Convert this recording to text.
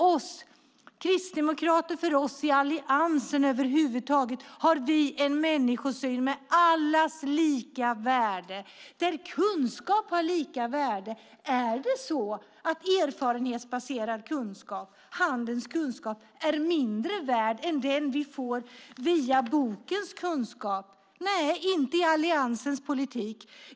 Vi kristdemokrater och vi i Alliansen över huvud taget har en människosyn med allas lika värde och där kunskap har lika värde. Är erfarenhetsbaserad kunskap och handens kunskap mindre värd än den vi får via bokens kunskap? Nej, inte i Alliansens politik!